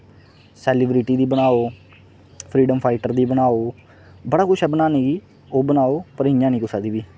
celebrity दी बनाओ freedom fighter दी बनाओ बड़ा कुछ ऐ बनाने गी ओह् बनाओ पर इ'यां नेईं कुसै दी बी